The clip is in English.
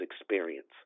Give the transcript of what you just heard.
experience